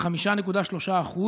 ב-5.3%.